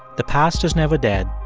the past is never dead.